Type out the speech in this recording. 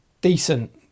decent